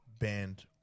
banned